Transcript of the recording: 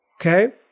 Okay